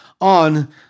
on